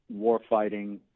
warfighting